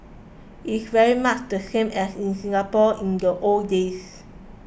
it's very much the same as in Singapore in the old days